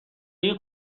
این